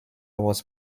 was